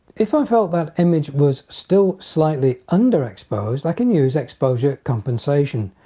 if i felt that image was still slightly underexposed i can use exposure compensation.